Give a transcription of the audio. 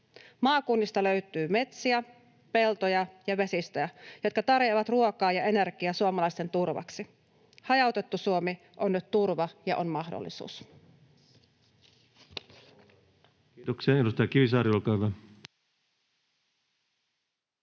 Maakunnista löytyy metsiä, peltoja ja vesistöjä, jotka tarjoavat ruokaa ja energiaa suomalaisten turvaksi. Hajautettu Suomi on nyt turva ja mahdollisuus. [Speech 103] Speaker: